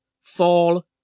fall